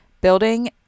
building